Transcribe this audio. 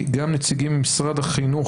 נציגים ממשרד החינוך,